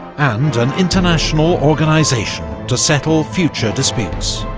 and an international organisation to settle future disputes.